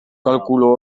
kalkulu